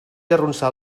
arronsar